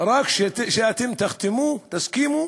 רק כשאתם תחתמו, תסכימו